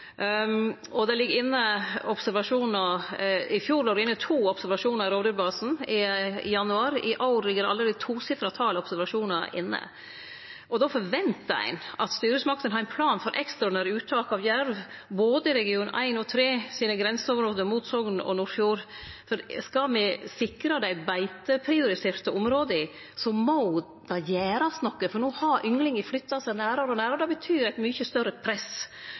I fjor låg det inne to observasjonar i rovdyrbasen i januar, i år ligg det allereie eit tosifra tal observasjonar inne. Då forventar ein at styresmaktene har ein plan for ekstraordinære uttak av jerv, både i region 1 og 3, sidan det er grenseområde mot Sogn og Nordfjord. Skal me sikre dei beiteprioriterte områda, må det gjerast noko, for no har ynglingane flytt seg nærare og nærare, og det betyr eit mykje større press.